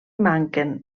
manquen